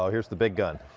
ah here's the big gun.